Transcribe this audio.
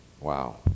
Wow